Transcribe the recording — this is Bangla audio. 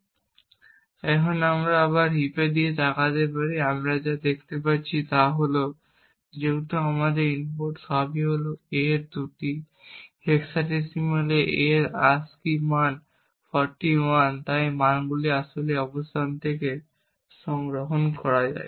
এবং আমরা এখন আবার হিপের দিকে তাকাতে পারি এবং আমরা যা দেখতে পাচ্ছি তা হল যেহেতু আমাদের ইনপুট সবই হল A এর দুটি এবং হেক্সাডেসিমেলে A এর ASCII মান 41 তাই এই মানগুলি আসলে এই অবস্থান থেকে সংরক্ষণ করা হয়